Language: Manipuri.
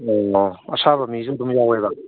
ꯑꯣ ꯑꯁꯥꯕ ꯃꯤꯁꯨ ꯑꯗꯨꯝ ꯌꯥꯎꯋꯦꯕ